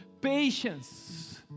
patience